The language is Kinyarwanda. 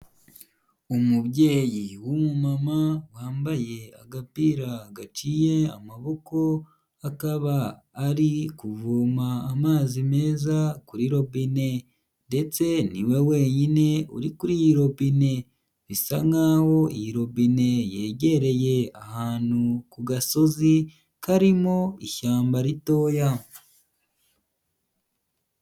Umubyeyi w'umu mama wambaye agapira gatiye amaboko akaba ari kuvoma amazi meza kuri robine ndetse niwe wenyine uri kuri robine, bisa nk'aho iyi robine yegereye ahantu ku gasozi karimo ishyamba ritoya.